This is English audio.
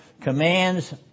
commands